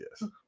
yes